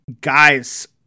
Guys